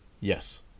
Yes